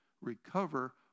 recover